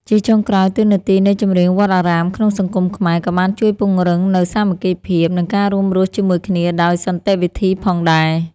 ជាចុងក្រោយ តួនាទីនៃចម្រៀងវត្តអារាមក្នុងសង្គមខ្មែរ ក៏បានជួយពង្រឹងនូវសាមគ្គីភាព និងការរួមរស់ជាមួយគ្នាដោយសន្តិវិធីផងដែរ។